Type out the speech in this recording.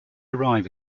arrive